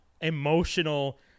emotional